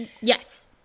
Yes